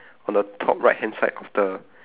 on the top right hand side of the